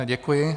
Děkuji.